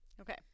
Okay